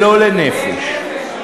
לא לנפש.